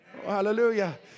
Hallelujah